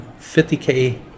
50k